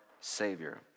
savior